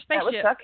spaceship